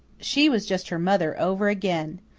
she was just her mother over again.